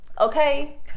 okay